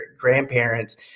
grandparents